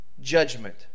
judgment